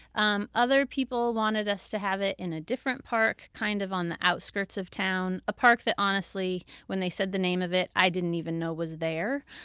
um other people wanted us to have it in a different park kind of on the outskirts of town it's a park that honestly when they said the name of it i didn't even know was there,